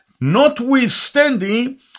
notwithstanding